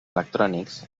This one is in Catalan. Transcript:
electrònics